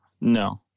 No